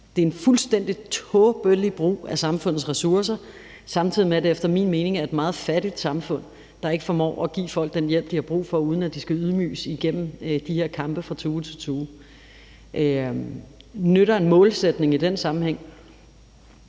det er en fuldstændig tåbelig brug af samfundets ressourcer, samtidig med at det efter min mening er et meget fattigt samfund, der ikke formår at give folk den hjælp, de har brug for, uden at de skal ydmyges igennem de her kampe fra tue til tue. Nytter en målsætning i den sammenhæng?